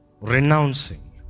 Renouncing